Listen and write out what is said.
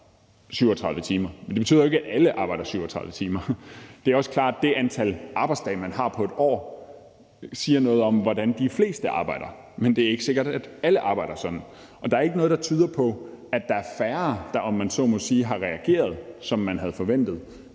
37 timer, men det betyder jo ikke, at alle arbejder 37 timer. Det er også klart, at det antal arbejdsdage, man har på et år, siger noget om, hvordan de fleste arbejder, men det er ikke sikkert, at alle arbejder sådan. Og der er ikke noget, der tyder på, at der er færre, der har reageret, om man så må sige, som man havde forventet,